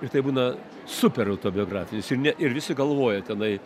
ir tai būna super autobiografinis ir ne ir visi galvoja tenai